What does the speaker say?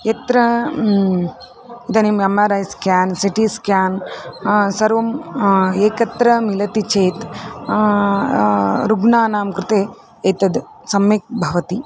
यत्र इदानीम् M R I scan C T scan सर्वम् एकत्र मिलति चेत् रुग्णानां कृते एतत् सम्यक् भवति